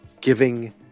giving